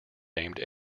named